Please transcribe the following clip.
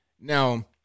Now